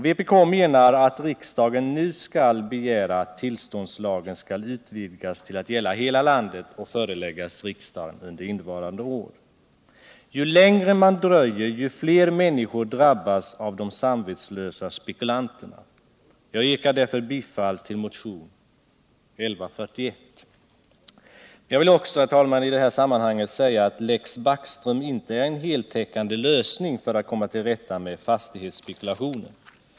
Vpk menar att riksdagen nu bör begära att tillståndslagen skall utvidgas till att gälla hela landet och föreläggas riksdagen under innevarande år. Ju längre man dröjer, desto fler människor drabbas av de samvetslösa spekulanterna. Jag yrkar därför bifall till motion 1411. Herr talman! Jag vill också i det här sammanhanget säga att Lex Backström inte är en heltäckande lösning för att komma till rätta med fastighetsspeku Jlationen.